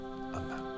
Amen